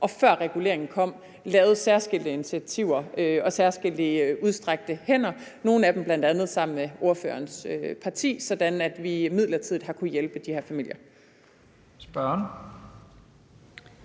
og før reguleringen kom, lavet særskilte initiativer og er kommet med særskilte udstrakte hænder – nogle af dem bl.a. sammen med ordførerens parti – sådan at vi midlertidigt har kunnet hjælpe de her familier.